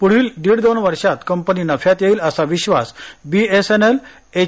पुढील दीड दोन वर्षांत कंपनी नफ्यात येईल असा विश्वास व्यक्त बीएसएनएल एच